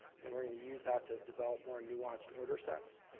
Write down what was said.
and we're gonna use that to develop more nuanced order sets.